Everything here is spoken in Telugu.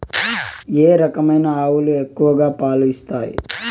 ఏ రకమైన ఆవులు ఎక్కువగా పాలు ఇస్తాయి?